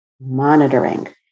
monitoring